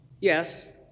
Yes